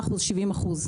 היה ב-69%-70%.